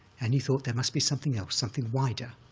and he thought there must be something else, something wider.